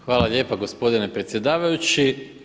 Hvala lijepa gospodine predsjedavajući.